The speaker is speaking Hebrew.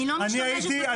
אני לא משתמשת בכוחי.